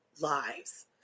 lives